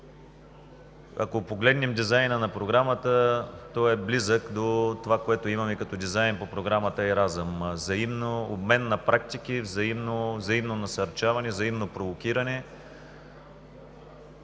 Ако погледнем дизайна на Програмата, той е близък до това, което имаме като дизайн по Програмата „Еразъм“ – взаимно обмен на практики, взаимно насърчаване, взаимно провокиране.